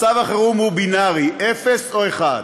מצב החירום הוא בינארי, אפס או אחד.